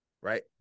right